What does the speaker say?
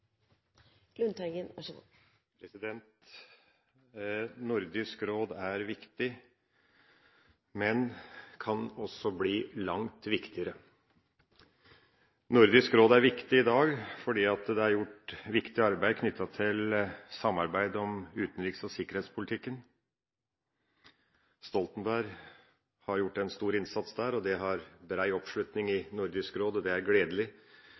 viktig, men kan også bli langt viktigere. Nordisk Råd er viktig i dag fordi det er gjort viktig arbeid knyttet til samarbeid om utenriks- og sikkerhetspolitikken. Thorvald Stoltenberg har gjort en stor innsats der, og det har bred oppslutning i Nordisk Råd. Det er gledelig